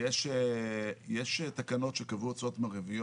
יש תקנות שקבעו הוצאות מרביות,